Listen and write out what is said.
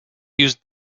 used